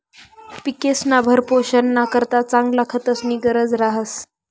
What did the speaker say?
पिकेस्ना भरणपोषणना करता चांगला खतस्नी गरज रहास